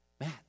Matt